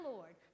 Lord